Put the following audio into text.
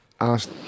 asked